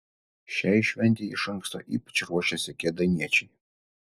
šiai šventei iš anksto ypač ruošėsi kėdainiečiai